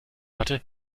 hatte